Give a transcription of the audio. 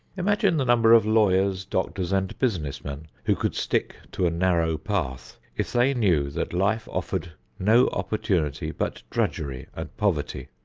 imagine the number of lawyers, doctors and business men who could stick to a narrow path if they knew that life offered no opportunity but drudgery and poverty!